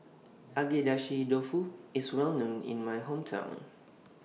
Agedashi Dofu IS Well known in My Hometown